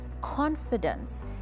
confidence